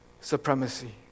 supremacy